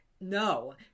no